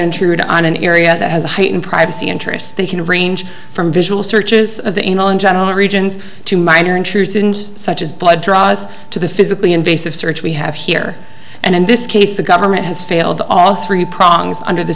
intrude on an area that has a heightened privacy interests they can range from visual searches of the iran general regions to minor intrusive and such as blood draws to the physically invasive search we have here and in this case the government has failed all three prongs under the